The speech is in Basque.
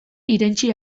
irentsi